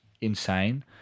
insane